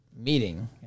meeting